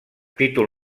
títol